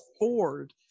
afford